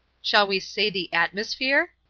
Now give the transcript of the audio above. shall we say the atmosphere?